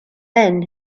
men